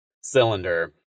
cylinder